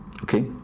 okay